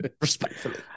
Respectfully